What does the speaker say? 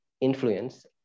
influence